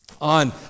on